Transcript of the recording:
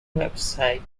website